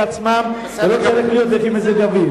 עצמם ולא יקבלו החלטות לפי מזג האוויר.